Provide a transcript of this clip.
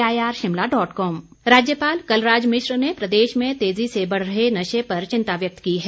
राज्यपाल राज्यपाल कलराज मिश्र ने प्रदेश में तेजी से बढ़ रहे नशे पर चिंता व्यक्त की है